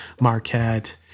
Marquette